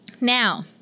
Now